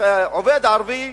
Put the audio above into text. עובד ערבי,